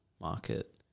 market